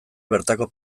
bertako